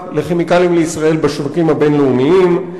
ל"כימיקלים לישראל" בשווקים הבין-לאומיים.